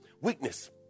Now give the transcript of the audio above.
Weakness